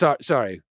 Sorry